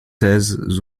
thèses